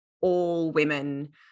all-women